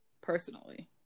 Personally